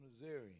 Missouri